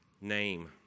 name